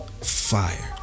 fire